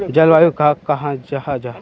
जलवायु कहाक कहाँ जाहा जाहा?